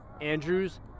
Andrews